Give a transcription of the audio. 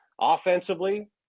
Offensively